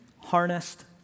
harnessed